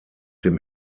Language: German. dem